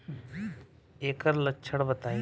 ऐकर लक्षण बताई?